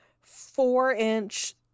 four-inch